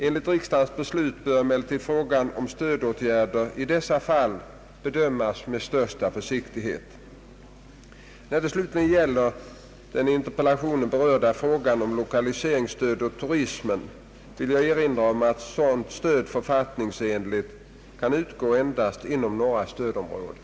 Enligt riksdagens beslut bör emellertid frågan om stödåtgärder i dessa fall bedömas med största försiktighet. När det slutligen gäller den i interpellationen berörda frågan om lokaliseringsstöd till turism vill jag erinra om att sådant stöd författningsenligt kan utgå endast inom norra stödområdet.